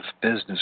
business